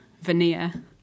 veneer